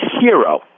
hero